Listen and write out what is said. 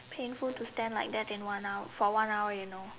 painful to stand like that in one hour for one hour you know